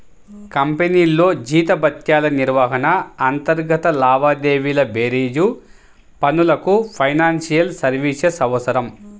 కంపెనీల్లో జీతభత్యాల నిర్వహణ, అంతర్గత లావాదేవీల బేరీజు పనులకు ఫైనాన్షియల్ సర్వీసెస్ అవసరం